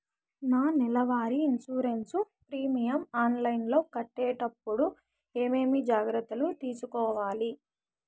నా నెల వారి ఇన్సూరెన్సు ప్రీమియం ఆన్లైన్లో కట్టేటప్పుడు ఏమేమి జాగ్రత్త లు తీసుకోవాలి?